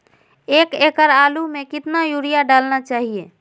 एक एकड़ आलु में कितना युरिया डालना चाहिए?